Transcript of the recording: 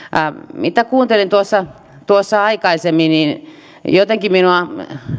mitä kuuntelin tuossa tuossa aikaisemmin niin niin jotenkin minua